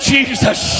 Jesus